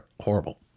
horrible